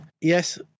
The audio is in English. yes